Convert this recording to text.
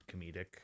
comedic